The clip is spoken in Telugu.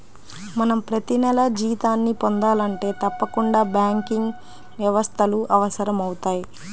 మనం ప్రతినెలా జీతాన్ని పొందాలంటే తప్పకుండా బ్యాంకింగ్ వ్యవస్థలు అవసరమవుతయ్